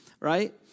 Right